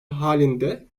halinde